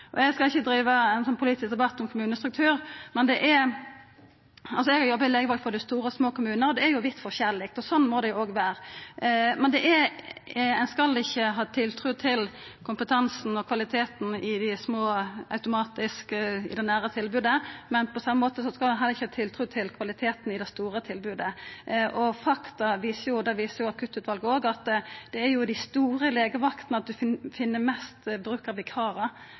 det. Eg skal ikkje gå inn i ein politisk debatt om kommunestruktur, men eg har jobba i legevakt i både store og små kommunar. Det er vidt forskjellig, og sånn må det jo også vera. Men ein skal ikkje automatisk ha tiltru til kompetansen og kvaliteten på det nære tilbodet i dei små. På same måten skal ein heller ikkje ha tiltru til kvaliteten på tilbodet i dei store. Faktum er – det viser Akuttutvalet til også – at det er ved dei store legevaktene ein finn mest